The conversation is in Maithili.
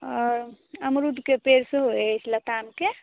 आओर अमरुदके पेड़ सेहो अछि लतामके